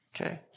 Okay